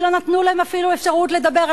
שלא נתנו להם אפילו אפשרות לדבר,